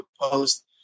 post